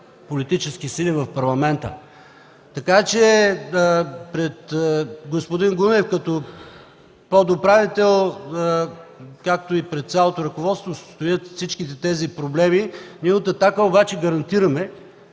политически сили в Парламента. Така че пред господин Гунев като подуправител, както и пред цялото ръководство, стоят всички тези проблеми. Ние от „Атака” обаче гарантираме,